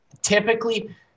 typically